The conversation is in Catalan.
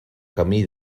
camí